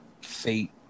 fate